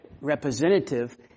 representative